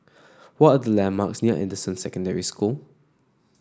what are the landmarks near Anderson Secondary School